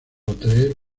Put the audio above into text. tres